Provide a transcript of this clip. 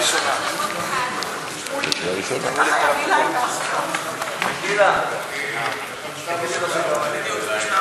(מתן שירות ציבורי בלא המתנה בתור לאזרח ותיק שגילו מעל 80 שנים),